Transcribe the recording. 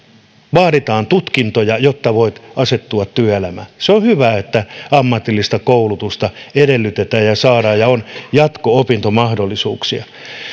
vaaditaan tutkintoja jotta voit asettua työelämään se on hyvä että ammatillista koulutusta edellytetään ja saadaan ja on jatko opintomahdollisuuksia